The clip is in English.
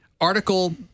Article